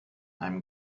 einem